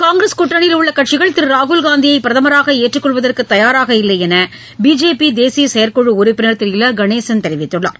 காங்கிரஸ் கூட்டணியில் உள்ளகட்சிகள் திருராகுல்காந்தியைபிரதமராகஏற்றுக்கொள்வதற்குதயாராக இல்லைஎன்றுபிஜேபிதேசியசெயற்குழுஉறுப்பினர் திரு இல கணேசன் தெரிவித்துள்ளார்